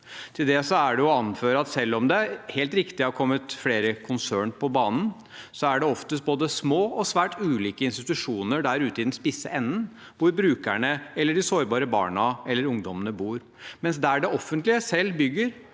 Til det er det å anføre at selv om det helt riktig har kommet flere konsern på banen, er det oftest både små og svært ulike institusjoner der ute i den spisse enden hvor brukerne eller de sårbare barna eller ungdommene bor, mens der det offentlige selv bygger,